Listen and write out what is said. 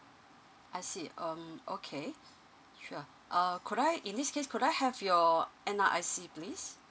I see um okay sure uh could I in this case could I have your N_R_I_C please